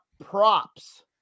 props